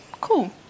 Cool